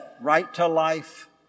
right-to-life